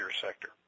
sector